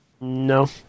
No